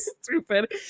stupid